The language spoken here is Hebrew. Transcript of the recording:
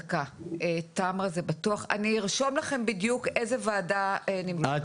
אני ארשום לכם בדיוק איזו ועדה --- את